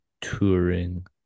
touring